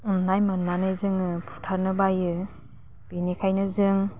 अन्नाय मोन्नानै जोङो फुथारनो बायो बेनिखायनो जों